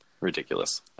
Ridiculous